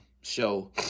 show